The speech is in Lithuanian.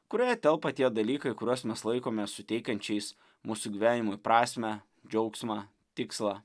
kurioje telpa tie dalykai kuriuos mes laikome suteikiančiais mūsų gyvenimui prasmę džiaugsmą tikslą